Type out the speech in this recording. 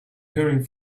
hearing